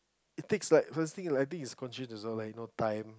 it takes like first thing I think it's also like no time